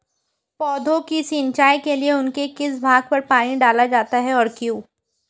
पौधों की सिंचाई के लिए उनके किस भाग पर पानी डाला जाता है और क्यों?